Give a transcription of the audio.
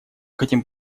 хотим